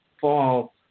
fall